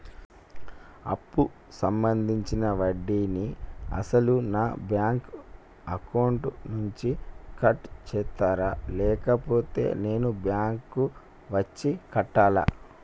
అప్పు సంబంధించిన వడ్డీని అసలు నా బ్యాంక్ అకౌంట్ నుంచి కట్ చేస్తారా లేకపోతే నేను బ్యాంకు వచ్చి కట్టాలా?